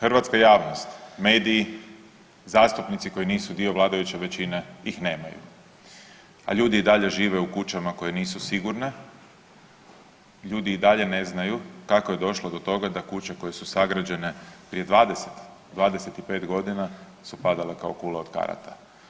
Hrvatska javnost, mediji, zastupnici koji nisu dio vladajuće većine ih nemaju, a ljudi i dalje žive u kućama koje nisu sigurne, ljudi i dalje ne znaju kako je došlo do toga da kuće koje su sagrađene prije 20, 25 godina su padale kao kule od karata.